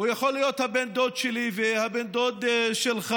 הוא יכול להיות בן הדוד שלי ובן הדוד שלך,